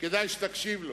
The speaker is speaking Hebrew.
כדאי שתקשיב לו,